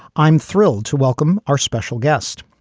i'm thrilled to welcome our special guest.